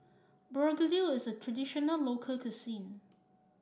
begedil is a traditional local cuisine